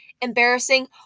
embarrassing